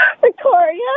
Victoria